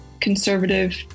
conservative